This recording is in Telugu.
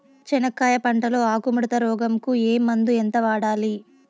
చెనక్కాయ పంట లో ఆకు ముడత రోగం కు ఏ మందు ఎంత వాడాలి?